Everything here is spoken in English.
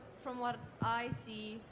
from what i see,